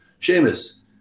Seamus